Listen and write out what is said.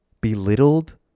Belittled